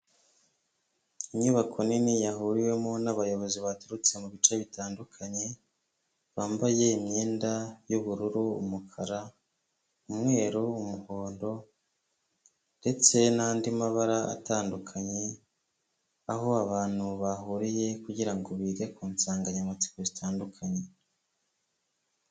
Inyubako nini yahuriwemo n'abayobozi baturutse mu bice bitandukanye, bambaye imyenda y'ubururu, umukara, umweru, umuhondo ndetse n'andi mabara atandukanye, aho abantu bahuriye kugirango bige ku nsanganyamatsiko zitandukanye.